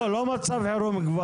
לא, לא מצב חירום.